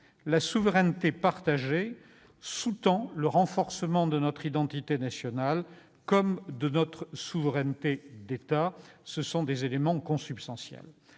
La souveraineté partagée sous-tend le renforcement de notre identité nationale comme de notre souveraineté d'État. Ce sont des éléments consubstantiels.